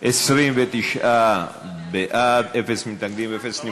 29 בעד, אין מתנגדים, אין נמנעים.